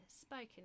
spoken